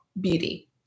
beauty